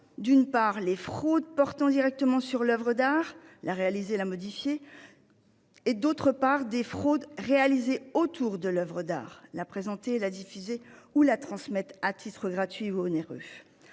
d'une part, les fraudes portant directement sur l'oeuvre d'art- la réaliser ou la modifier -, d'autre part, les fraudes réalisées autour de l'oeuvre d'art- la présenter, la diffuser ou la transmettre à titre gratuit ou onéreux.